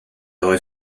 aurait